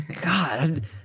God